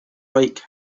like